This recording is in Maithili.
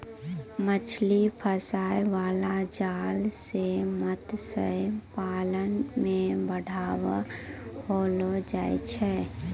मछली फसाय बाला जाल से मतस्य पालन मे बढ़ाबा होलो छै